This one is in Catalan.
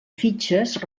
fitxes